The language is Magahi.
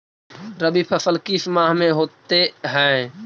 रवि फसल किस माह में होते हैं?